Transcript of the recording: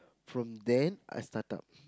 from then I startup